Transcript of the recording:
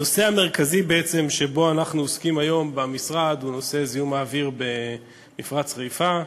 הנושא המרכזי שבו אנחנו עוסקים היום במשרד הוא זיהום האוויר במפרץ חיפה.